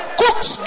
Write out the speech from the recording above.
cooks